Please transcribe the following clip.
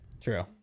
True